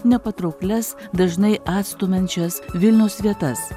nepatrauklias dažnai atstumiančias vilniaus vietas